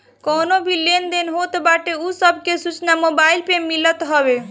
कवनो भी लेन देन होत बाटे उ सब के सूचना मोबाईल में मिलत हवे